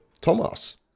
Thomas